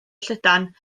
llydan